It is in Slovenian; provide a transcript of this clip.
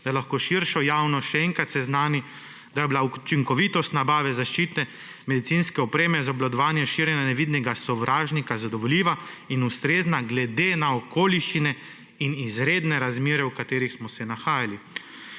da lahko širšo javnost še enkrat seznani, da je bila učinkovitost nabave zaščitene medicinske opreme za obvladovanje širjenja nevidnega sovražnika zadovoljiva in ustrezna glede na okoliščine in izredne razmere, v katerih smo se nahajali.